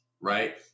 right